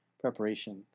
preparation